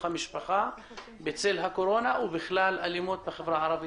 המשפחה בצל הקורונה ובכלל אלימות בחברה הערבית.